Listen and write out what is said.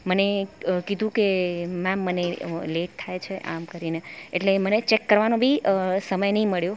મને કીધું કે મેમ મને લેટ થાય છે આમ કરીને એટલે મને ચેક કરવાનો બી સમય ના મળ્યો